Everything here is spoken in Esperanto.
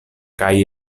kaj